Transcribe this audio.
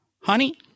Honey